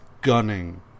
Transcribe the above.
gunning